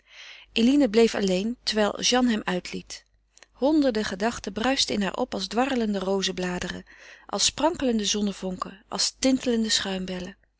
eline bleef alleen terwijl jeanne hem uitliet honderden gedachten bruisten in haar op als dwarrelende rozebladeren als sparkelende zonnevonken als tintelende schuimbellen